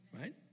Right